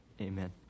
amen